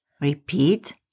Repeat